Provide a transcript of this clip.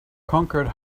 conquered